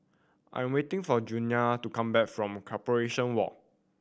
I am waiting for Julianna to come back from Corporation Walk